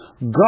God